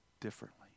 differently